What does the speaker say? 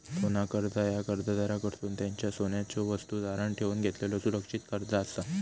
सोना कर्जा ह्या कर्जदाराकडसून त्यांच्यो सोन्याच्यो वस्तू तारण ठेवून घेतलेलो सुरक्षित कर्जा असा